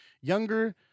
younger